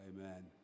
Amen